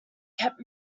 kept